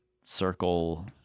circle